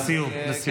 לסיום, לסיום.